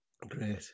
Great